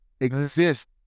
Exist